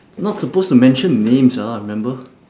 not supposed to mention names ah remember